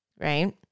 right